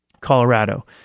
Colorado